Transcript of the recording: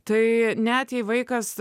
tai net jei vaikas